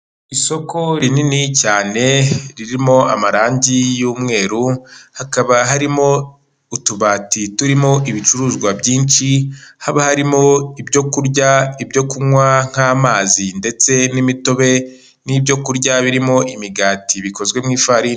Isoko rinini cyane ririmo amarangi y'umweru hakaba harimo utubati turimo ibicuruzwa byinshi, haba harimo ibyo kurya, ibyo kunywa, nk'amazi ndetse n'imitobe, n'ibyo kurya birimo imigati bikozwe n'ifaririni.